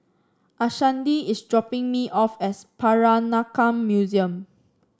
Ashanti is dropping me off at Peranakan Museum